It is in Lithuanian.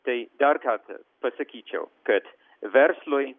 tai dar kartą pasakyčiau kad verslui